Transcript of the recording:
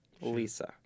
Lisa